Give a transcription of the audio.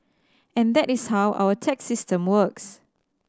and that is how our tax system works